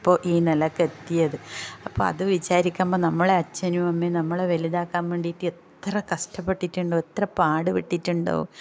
ഇപ്പോൾ ഈ നിലയ്ക്ക് എത്തിയത് അപ്പം അത് വിചാരിക്കുമ്പോൾ നമ്മളെ അച്ഛനും അമ്മയും നമ്മളെ വലുതാക്കാൻ വേണ്ടിയിട്ട് എത്ര കഷ്ടപ്പെട്ടിട്ടുണ്ടോ എത്ര പാടുപെട്ടിട്ടുണ്ടോ